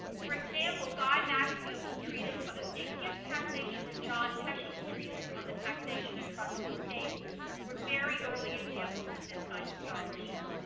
for example, guy maxfield's treatise on estate and gift taxation and john peschel's treatise on the taxation of trusts and estates were very early examples of this kind of scholarship.